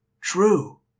True